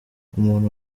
umuntu